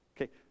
Okay